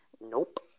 Nope